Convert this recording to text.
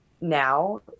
now